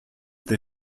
they